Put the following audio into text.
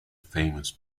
famous